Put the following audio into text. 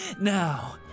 Now